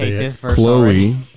Chloe